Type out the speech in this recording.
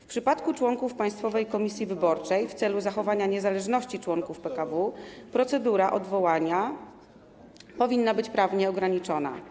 W przypadku członków Państwowej Komisji Wyborczej, w celu zachowania niezależności członków PKW, procedura odwołania powinna być prawnie ograniczona.